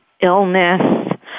illness